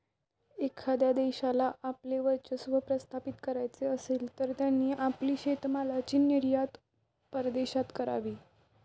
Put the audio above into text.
एखाद्या देशाला आपले वर्चस्व प्रस्थापित करायचे असेल, तर त्यांनी आपली शेतीमालाची निर्यात परदेशात करावी